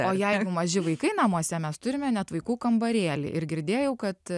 o jeigu maži vaikai namuose mes turime net vaikų kambarėlį ir girdėjau kad